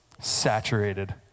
saturated